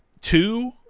Two